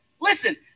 Listen